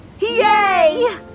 Yay